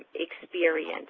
experience.